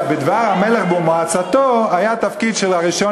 בדבר המלך במועצתו היה תפקיד של הראשון